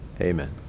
amen